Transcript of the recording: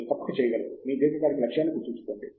మీరు తప్పక చేయగలరు మీ దీర్ఘకాలిక లక్ష్యాన్ని గుర్తుంచుకోండి